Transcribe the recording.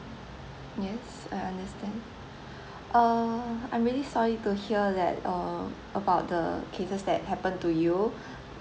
yes I understand uh I'm really sorry to hear that um about the cases that happen to you